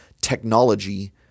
technology